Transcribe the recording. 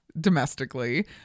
domestically